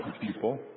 people